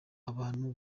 abantu